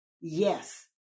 Yes